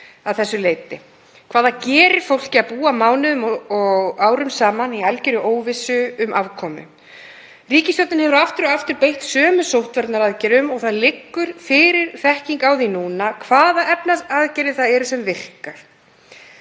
að þessu leyti, hvað það gerir fólki að búa mánuðum og árum saman í algjörri óvissu um afkomu. Ríkisstjórnin hefur aftur og aftur beitt sömu sóttvarnaaðgerðum og nú liggur fyrir þekking á því hvaða efnahagsaðgerðir það eru sem virka.